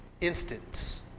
instance